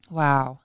wow